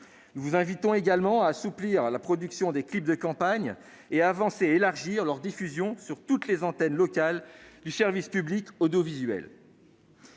Nous vous invitons également à assouplir la production des clips de campagne et à avancer et élargir leur diffusion sur toutes les antennes locales du service public audiovisuel.